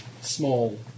small